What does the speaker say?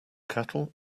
cattle